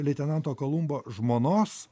leitenanto kolumbo žmonos